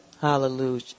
Hallelujah